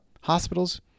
hospitals